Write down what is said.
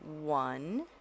one